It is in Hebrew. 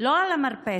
לא על המרפסת